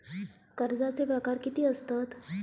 कर्जाचे प्रकार कीती असतत?